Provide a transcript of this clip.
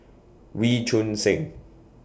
Wee Choon Seng